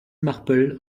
marple